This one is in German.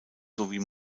sowie